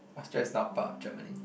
Austria is not part of Germany